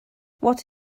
what